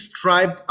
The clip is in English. tribe